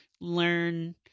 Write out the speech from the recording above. learn